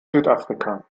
südafrika